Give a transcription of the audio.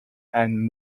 and